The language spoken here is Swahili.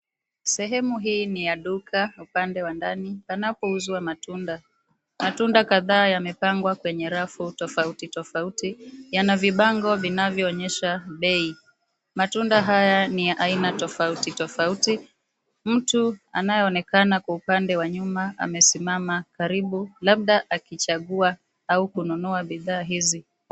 sehemu hii ni ya duka upande wa ndani panapouzwa matunda. Matunda kadhaa yamepangwa kwenye rafu tofautitofauti. Yana vibango vinavyoonyesha bei. Matunda haya ni ya aina tofautitofauti. Mtu anayeonekana kwa upande wa nyuma amesimama labda akichagua au kununua bidhaa hizi.